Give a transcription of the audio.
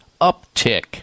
uptick